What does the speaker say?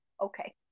okay